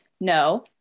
no